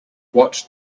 what